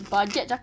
Budget